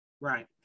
Right